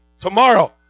Tomorrow